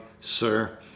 sir